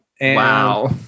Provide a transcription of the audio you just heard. Wow